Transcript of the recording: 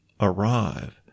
arrive